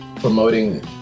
promoting